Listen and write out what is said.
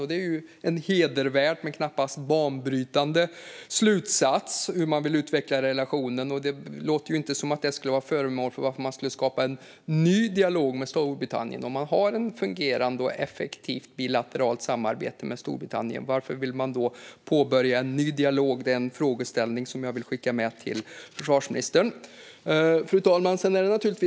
Det är en hedervärd men knappast banbrytande slutsats hur man vill utveckla relationen, och det låter inte som att det skulle vara föremål för varför man skulle skapa en ny dialog med Storbritannien. Om man har ett fungerande och effektivt bilateralt samarbete med Storbritannien, varför vill man då påbörja en ny dialog? Det är en frågeställning som jag vill skicka med till försvarsministern. Fru talman!